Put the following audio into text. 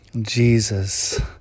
Jesus